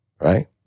right